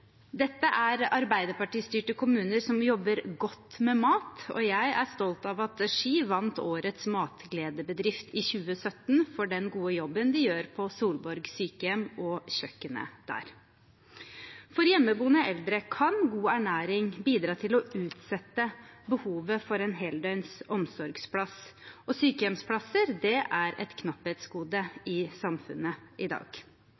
Dette er Arbeiderparti-styrte kommuner som jobber godt med mat, og jeg er stolt av at Ski ble kåret til Årets Matgledebedrift i 2017 for den gode jobben de gjør på Solborg sykehjem og kjøkkenet der. For hjemmeboende eldre kan god ernæring bidra til å utsette behovet for en heldøgns omsorgsplass, og sykehjemsplasser er et knapphetsgode i samfunnet i dag.